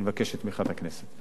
אני מבקש את תמיכת הכנסת.